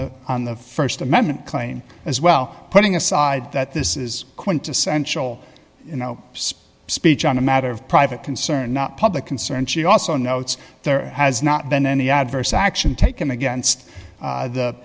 the on the st amendment claim as well putting aside that this is quintessential you know speech on a matter of private concern not public concern and she also notes there has not been any adverse action taken against